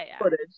footage